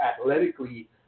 athletically